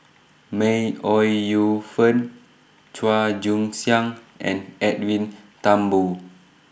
May Ooi Yu Fen Chua Joon Siang and Edwin Thumboo